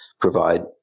provide